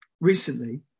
recently